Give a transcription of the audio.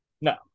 No